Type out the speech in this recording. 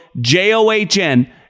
J-O-H-N